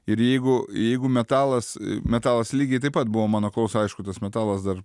ir jeigu jeigu metalas metalas lygiai taip pat buvo mano klauso aišku tas metalas dar